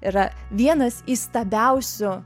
yra vienas įstabiausių